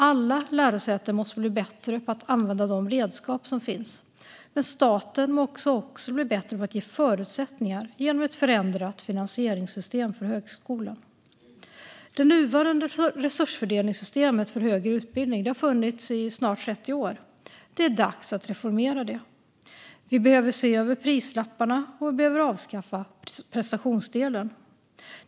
Alla lärosäten måste bli bättre på att använda de redskap som finns, men staten måste också bli bättre på att ge förutsättningar genom ett förändrat finansieringssystem för högskolan. Nuvarande resursfördelningssystem för högre utbildning har funnits i snart 30 år. Det är dags att reformera det. Vi behöver se över prislapparna och avskaffa prestationsdelen.